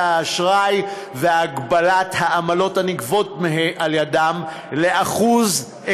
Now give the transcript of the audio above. האשראי והגבלת העמלות הנגבות על ידיהן ל-1%,